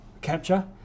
capture